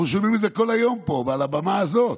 אנחנו שומעים את זה כל היום פה, מעל הבמה הזאת: